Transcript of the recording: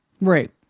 right